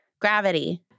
Gravity